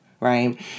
right